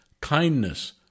kindness